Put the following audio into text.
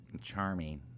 charming